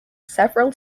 several